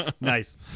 Nice